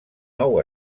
nou